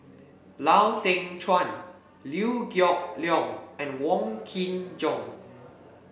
Lau Teng Chuan Liew Geok Leong and Wong Kin Jong